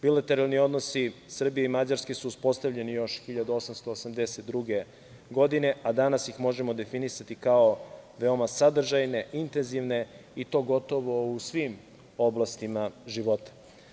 Bilateralni odnosi Srbije i Mađarske su uspostavljeni još 1882. godine, a danas ih možemo definisati kao veoma sadržajne, intenzivne i to gotovo u svim oblastima života.